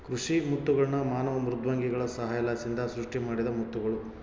ಕೃಷಿ ಮುತ್ತುಗಳ್ನ ಮಾನವ ಮೃದ್ವಂಗಿಗಳ ಸಹಾಯಲಿಸಿಂದ ಸೃಷ್ಟಿಮಾಡಿದ ಮುತ್ತುಗುಳು